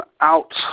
out